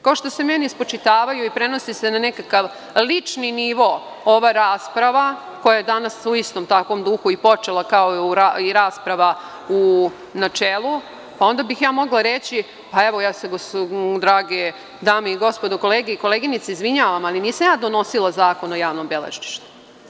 Kao što se meni spočitavaju i prenosi se na nekakav lični nivo ova rasprava koja je danas u istom takvom duhu i počela kao i rasprava u načelu, onda bih ja mogla reći – evo, drage dame i gospodo kolege i koleginice, ja se izvinjavam, ali nisam ja donosila Zakon o javnom beležništvu.